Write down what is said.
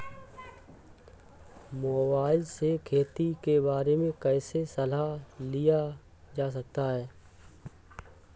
Mobile से खेती के बारे कैसे सलाह लिया जा सकता है?